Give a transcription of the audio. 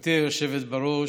גברתי היושבת-ראש,